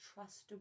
trustable